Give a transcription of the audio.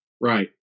right